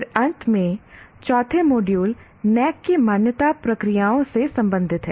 फिर अंत में चौथे मॉड्यूल NAAC की मान्यता प्रक्रियाओं से संबंधित है